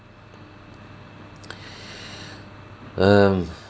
um